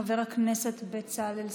חבר הכנסת בצלאל סמוטריץ',